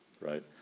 right